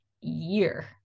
year